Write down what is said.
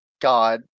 god